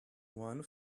one